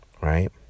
Right